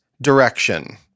direction